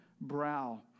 brow